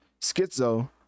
Schizo